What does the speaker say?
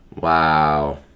wow